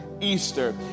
Easter